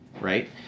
right